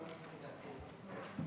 1681,